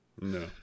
No